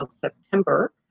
September